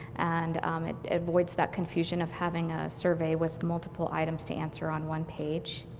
and um it avoids that confusion of having a survey with multiple items to answer on one page.